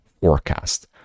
forecast